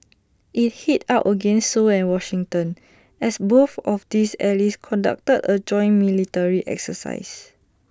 IT hit out against Seoul and Washington as both of these allies conducted A joint military exercise